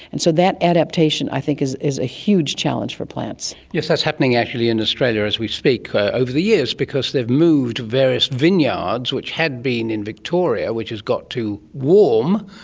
and so that adaptation i think is is a huge challenge for plants yes, that's happening actually in australia as we speak over the years because they have moved to various vineyards which had been in victoria, which has got too warm,